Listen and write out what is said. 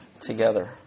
together